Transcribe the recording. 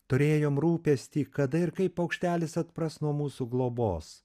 turėjom rūpestį kada ir kaip paukštelis atpras nuo mūsų globos